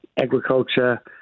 agriculture